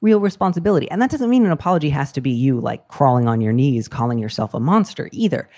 real responsibility. and that doesn't mean an apology has to be you like crawling on your knees calling yourself a monster either.